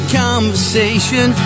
conversation